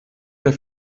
der